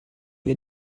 wir